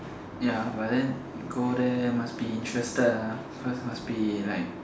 ya but then go there must be interested ah cause must be like